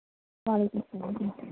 چلو